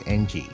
ng